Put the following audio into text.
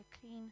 clean